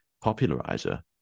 popularizer